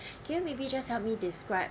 can you maybe just help me describe uh